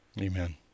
Amen